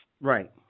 Right